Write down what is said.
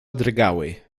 drgały